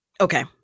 Okay